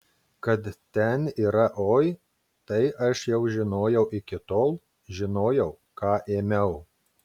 kad ten yra oi tai aš jau žinojau iki tol žinojau ką ėmiau